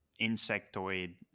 insectoid